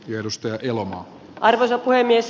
tiedustelee lomaa arvoisa puhemies